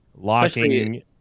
Locking